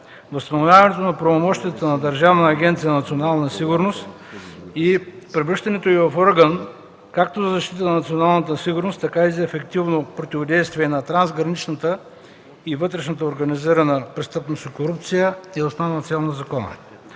Възстановяването на правомощията на Държавна агенция „Национална сигурност” и превръщането й в орган както за защита на националната сигурност, така и за ефективно противодействие на трансграничната и вътрешната организирана престъпност и корупция, е основна цел на закона.